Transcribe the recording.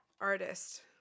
artist